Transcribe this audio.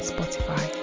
Spotify